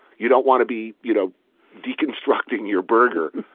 you don't want to be you know deconstructing your burger,